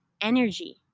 energy